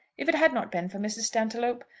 if it had not been for mrs. stantiloup,